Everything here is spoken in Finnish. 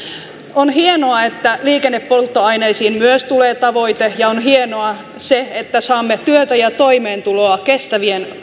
on hienoa että myös liikennepolttoaineisiin tulee tavoite ja on hienoa se että saamme työtä ja toimeentuloa